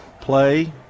Play